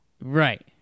Right